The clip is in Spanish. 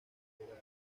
pedal